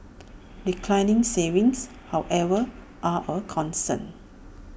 declining savings however are A concern